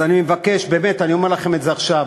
אז אני מבקש, באמת אני אומר לכם את זה עכשיו: